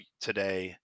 today